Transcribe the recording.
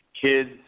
kids